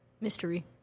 mystery